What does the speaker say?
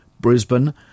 Brisbane